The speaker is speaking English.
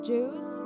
Jews